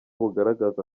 bugaragaza